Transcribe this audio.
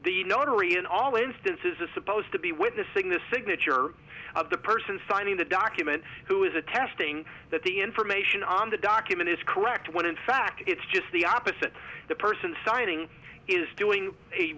the notary in all instances is supposed to be witnessing the signature of the person signing the document who is attesting that the information on the document is correct when in fact it's just the opposite the person signing is doing a